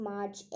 March